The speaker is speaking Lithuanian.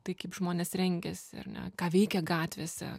tai kaip žmonės rengėsi ar ne ką veikė gatvėse